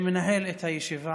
שמנהל את הישיבה,